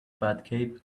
batcave